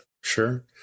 Sure